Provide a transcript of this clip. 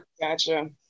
gotcha